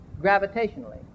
gravitationally